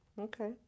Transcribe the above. Okay